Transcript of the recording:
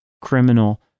criminal